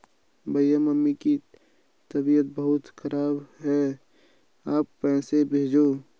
भैया मम्मी की तबीयत बहुत खराब है आप पैसे भेजो